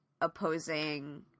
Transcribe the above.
opposing